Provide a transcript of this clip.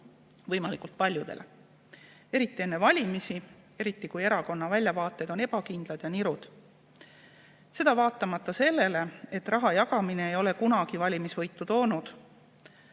võimalikult paljudele, eriti enne valimisi ja eriti kui erakonna väljavaated on ebakindlad ja nirud, seda vaatamata sellele, et raha jagamine ei ole kunagi valimisvõitu toonud.